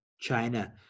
china